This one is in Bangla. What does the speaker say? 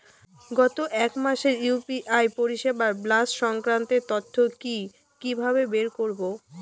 গত এক মাসের ইউ.পি.আই পরিষেবার ব্যালান্স সংক্রান্ত তথ্য কি কিভাবে বের করব?